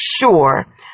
sure